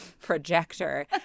projector